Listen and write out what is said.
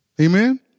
Amen